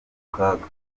kaga